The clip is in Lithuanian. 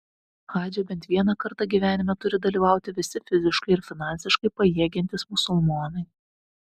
hadže bent vieną kartą gyvenime turi dalyvauti visi fiziškai ir finansiškai pajėgiantys musulmonai